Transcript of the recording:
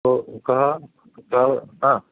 ओ कः कः हा